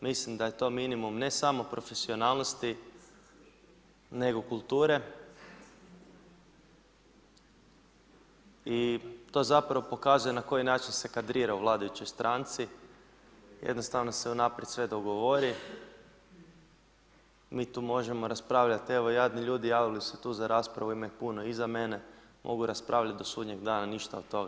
Mislim da je to minimum, ne samo profesionalnosti, nego kulture i to zapravo pokazuje na koji način se kadrira u vladajućoj stranci, jednostavno se unaprijed sve dogovori, mi tu možemo raspravljat, evo jadni ljudi javili su se tu za raspravu, ima ih puno iza mene, mogu raspravljat do sudnjeg dana, ništa od toga.